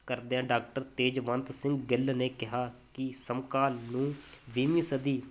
ਕਰਦਿਆਂ ਡਾਕਟਰ ਤੇਜਵੰਤ ਸਿੰਘ ਗਿੱਲ ਨੇ ਕਿਹਾ ਕਿ ਸਮਕਾਲ ਨੂੰ ਵੀਹਵੀਂ ਸਦੀ